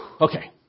Okay